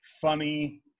funny